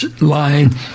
line